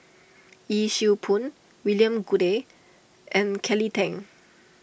Yee Siew Pun William Goode and Kelly Tang